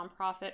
nonprofit